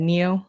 Neo